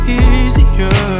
easier